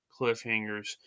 cliffhangers